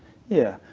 yeah,